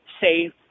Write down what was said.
safe